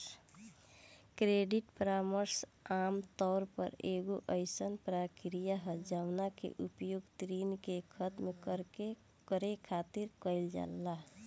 credit परामर्श आमतौर पर एगो अयीसन प्रक्रिया ह जवना के उपयोग ऋण के खतम करे खातिर कईल जाला